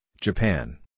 Japan